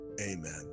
amen